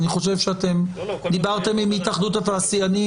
אני חושב שאתם דיברתם עם התאחדות התעשיינים,